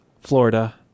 Florida